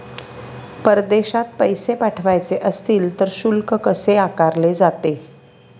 परदेशात पैसे पाठवायचे असतील तर शुल्क कसे आकारले जाते?